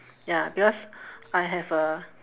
ya because I have a